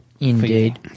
Indeed